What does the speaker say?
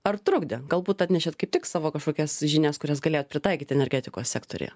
ar trukdė galbūt atnešėt kaip tik savo kažkokias žinias kurias galėjot pritaikyt energetikos sektoriuje